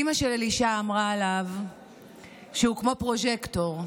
אימא של אלישע אמרה עליו שהוא כמו פרוז'קטור,